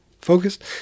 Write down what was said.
focused